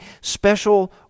special